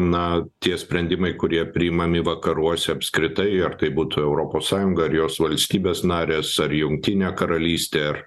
na tie sprendimai kurie priimami vakaruose apskritai ar tai būtų europos sąjunga ar jos valstybės narės ar jungtinė karalystė ar